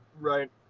right